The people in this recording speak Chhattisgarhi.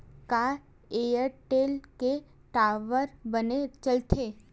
का एयरटेल के टावर बने चलथे?